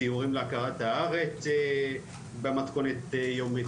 סיורים להכרת הארץ במתכונת יומית,